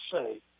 say